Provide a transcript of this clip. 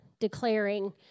declaring